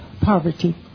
poverty